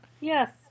Yes